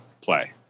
play